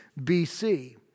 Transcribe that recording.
BC